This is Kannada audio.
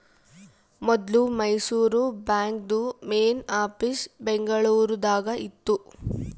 ಮೊದ್ಲು ಮೈಸೂರು ಬಾಂಕ್ದು ಮೇನ್ ಆಫೀಸ್ ಬೆಂಗಳೂರು ದಾಗ ಇತ್ತು